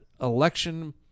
election